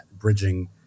bridging